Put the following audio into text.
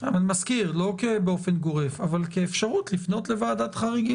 לא באופן גורף על אפשרות לפנות לוועדת חריגים.